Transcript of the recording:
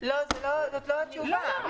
כלומר,